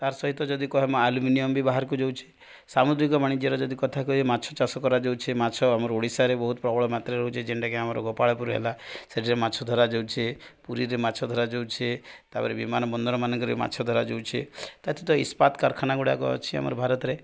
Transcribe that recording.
ତାର ସହିତ ଯଦି କହିବେ ଆଲୁମିନିୟମ ବି ବାହାରକୁ ଯାଉଛେ ସାମୁଦ୍ରିକ ବାଣିଜ୍ୟର ଯଦି କଥା କହିବେ ମାଛ ଚାଷ କରାଯାଉଛେ ମାଛ ଆମର ଓଡ଼ିଶାରେ ବହୁତ ପ୍ରବଳ ମାତ୍ରାରେ ହଉଛେ ଯେନ୍ଟାକି ଆମର ଗୋପାଳପୁର ହେଲା ସେଠାରେ ମାଛ ଧରାଯାଉଛେ ପୁରୀରେ ମାଛ ଧରାଯାଉଛେ ତାପରେ ବିମାନ ବନ୍ଦରମାନଙ୍କରେ ବି ମାଛ ଧରାଯାଉଛେ ତା' ସହିତ ଇସ୍ପାତ କାରଖାନାଗୁଡ଼ାକ ଅଛି ଆମର ଭାରତରେ